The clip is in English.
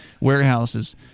warehouses